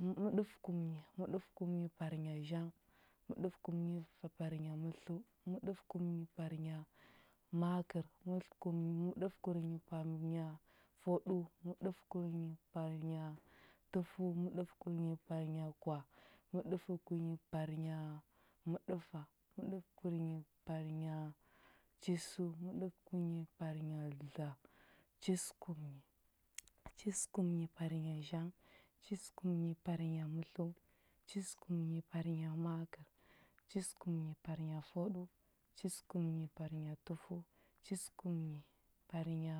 mə məɗəfəkumnyi. Məɗəfəkumnyi parnya zhang, məɗəfəkumnyi parnya mətləu, məɗəfəkumnyi parnya makər, məɗəfəkumnyi parnya fwaɗəu, mədəfəkumnyi parnya tufəu, məɗəfəkumnyi parnya kwah, məɗəfəkumnyi parnya məɗəfa, məɗəfəkumnyi parnya chisəu, məɗəfəkumnyi parnya dla, chisəkumnyi. Chisəkumnyi parnya zhang, chisəkumnyi parnya mətləu, chisəkumnyi parnya makər, chisəkumnyi parnya fwaɗəu, chisəkumnyi parnya tufəu, chisəkumnyi parnya